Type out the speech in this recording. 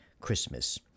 Christmas